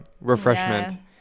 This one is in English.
refreshment